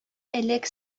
элек